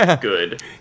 Good